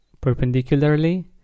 perpendicularly